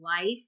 life